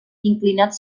inclinat